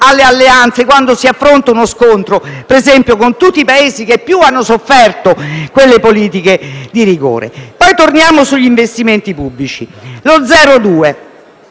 alle alleanze, quando si affronta uno scontro, ad esempio, con tutti i Paesi che più hanno sofferto quelle politiche di rigore. Torniamo sugli investimenti pubblici: lo 0,2